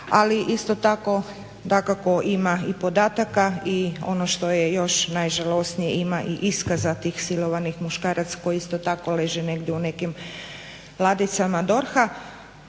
ali isto tako dakako ima i podataka i ono što je još najžalosnije ima i iskaza tih silovanih muškaraca koji isto tako leže negdje u nekim ladicama DORH-a.